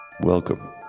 Welcome